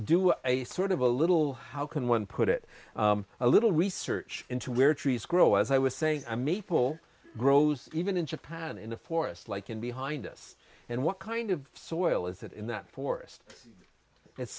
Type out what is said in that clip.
do a sort of a little how can one put it a little research into where trees grow as i was saying i'm a people grows even in japan in a forest like in behind us and what kind of soil is that in that poorest it's